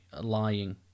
lying